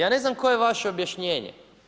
Ja ne znam koje je vaše objašnjenje.